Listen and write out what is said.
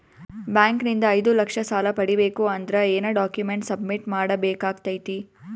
Bank ನಿಂದ ಐದು ಲಕ್ಷ ಸಾಲ ಪಡಿಬೇಕು ಅಂದ್ರ ಏನ ಡಾಕ್ಯುಮೆಂಟ್ ಸಬ್ಮಿಟ್ ಮಾಡ ಬೇಕಾಗತೈತಿ?